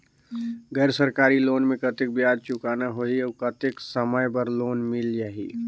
गैर सरकारी लोन मे कतेक ब्याज चुकाना होही और कतेक समय बर लोन मिल जाहि?